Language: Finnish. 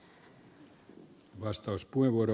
arvoisa puhemies